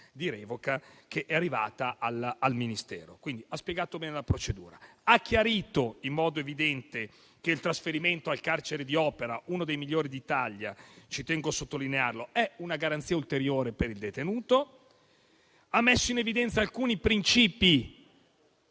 di revoca che è arrivata al Ministero. Quindi, ha spiegato bene la procedura e ha chiarito in modo evidente che il trasferimento al carcere di Opera, uno dei migliori d'Italia - ci tengo a sottolinearlo - è una garanzia ulteriore per il detenuto. Ha dunque messo in evidenza alcuni principi,